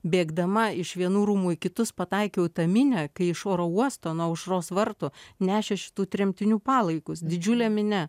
bėgdama iš vienų rūmų į kitus pataikiau į tą minią kai iš oro uosto nuo aušros vartų nešė šitų tremtinių palaikus didžiulė minia